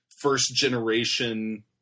first-generation